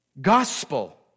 gospel